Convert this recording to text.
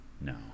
no